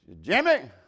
Jimmy